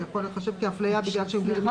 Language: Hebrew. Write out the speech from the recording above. זה יכול להיחשב כאפליה בגלל שהם מתגוררים במרחק.